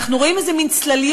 אנחנו רואים איזה מין צלליות,